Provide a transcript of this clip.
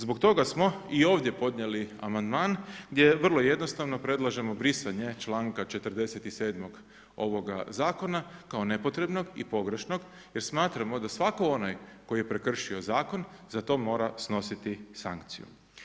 Zbog toga smo i ovdje podnijeli amandman gdje vrlo jednostavno predlažemo brisanje članka 47. ovoga zakona kao nepotrebnog i pogrešnog jer smatramo da svako onaj koji je prekršio zakon, za to mora snositi sankciju.